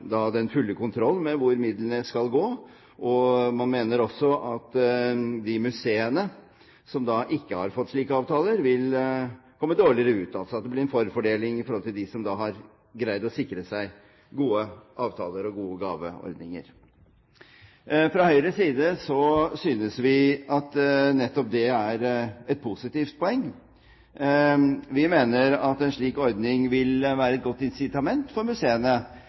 fått slike avtaler, vil komme dårligere ut, altså at det blir en forfordeling i forhold til de som har greid å sikre seg gode avtaler og gode gaveordninger. Fra Høyres side synes vi at nettopp dét er et positivt poeng. Vi mener at en slik ordning vil være et godt incitament for museene